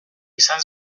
izan